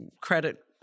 credit